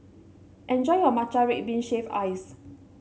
enjoy your Matcha Red Bean Shaved Ice